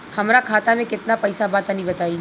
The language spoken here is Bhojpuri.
हमरा खाता मे केतना पईसा बा तनि बताईं?